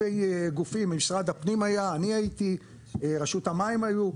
גופים ממשרד הפנים היו, אני הייתי, רשות המים היו.